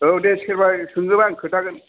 औ दे सोरबा सोङोबा आं खोन्थागोन